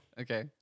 Okay